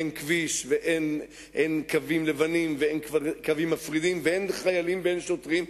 אין כביש ואין קווים לבנים ואין קווים מפרידים ואין חיילים ואין שוטרים.